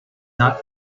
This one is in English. not